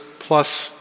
plus